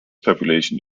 population